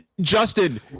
Justin